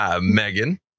Megan